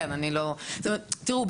תראו,